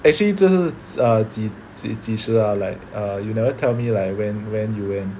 actually 这是 err 几几几时 ah like uh you never tell me like when when you went